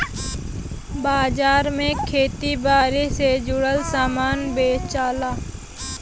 बाजार में खेती बारी से जुड़ल सामान बेचला